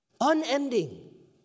unending